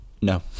No